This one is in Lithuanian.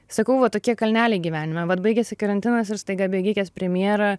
sakau va tokie kalneliai gyvenime vat baigėsi karantinas ir staiga bėgikės premjera